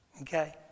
Okay